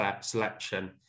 selection